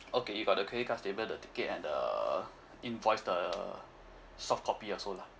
okay you got the credit card statement the ticket and the invoice the soft copy also lah